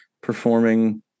performing